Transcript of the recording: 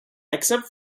except